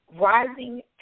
rising